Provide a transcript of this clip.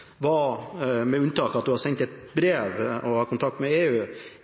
har hatt kontakt med EU. Spørsmålet mitt var: